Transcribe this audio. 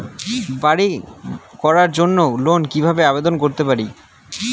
বাড়ি করার জন্য লোন কিভাবে আবেদন করতে পারি?